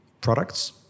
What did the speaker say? products